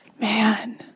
man